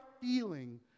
feeling